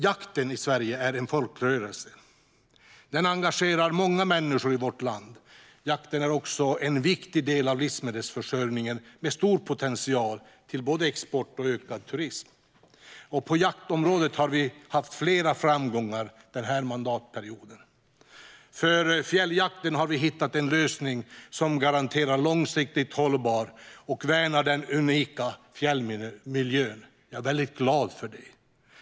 Jakten i Sverige är en folkrörelse. Den engagerar många människor i vårt land. Jakten är också en viktig del av livsmedelsförsörjningen, med stor potential för både export och ökad turism. På jaktområdet har vi haft flera framgångar denna mandatperiod. För fjälljakten har vi hittat en lösning som garanterar långsiktig hållbarhet och värnar den unika fjällmiljön. Jag är väldigt glad för det.